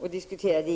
uppe.